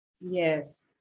Yes